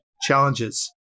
challenges